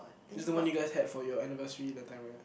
is the one you guys had for your anniversary that time right